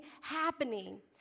happening